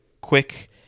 quick